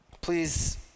Please